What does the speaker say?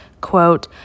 quote